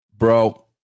Bro